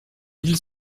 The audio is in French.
villes